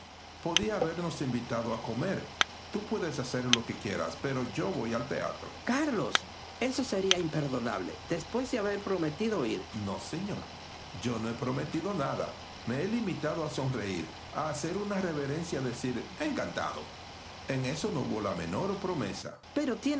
podía habernos convidado a comer tú puedes hacer lo que quieras pero yo voy al teatro carlos eso sería imperdonable después de haber prometido ir no yo no he prometido nada me he limitado a sonreír a hacer una reverencia y a decir encantado en eso no hubo la menor promesa